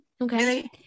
Okay